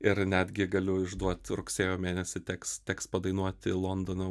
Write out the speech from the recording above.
ir netgi galiu išduot rugsėjo mėnesį teks teks padainuoti londono